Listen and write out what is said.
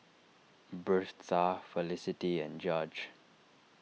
Birtha Felicity and Judge